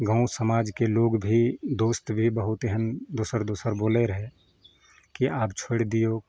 गाँव समाजके लोग भी दोस्त भी बहुत एहन दोसर दोसर बोलै रहै कि आब छोड़ि दिऔक